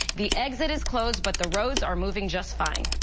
the exit is closed, but the roads are moving just fine.